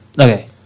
Okay